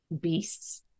beasts